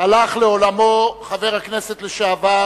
הלך לעולמו חבר הכנסת לשעבר